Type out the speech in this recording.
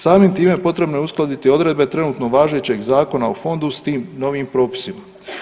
Samim time potrebno je uskladiti odredbe trenutno važećeg Zakona o fondu, s tim novim propisima.